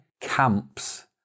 camps